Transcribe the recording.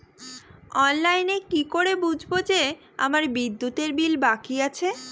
অনলাইনে কি করে বুঝবো যে আমার বিদ্যুতের বিল বাকি আছে?